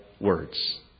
words